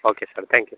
okay sir thank you